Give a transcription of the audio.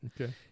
Okay